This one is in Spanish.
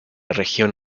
región